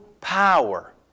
power